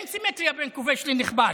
אין סימטריה בין כובש לנכבש.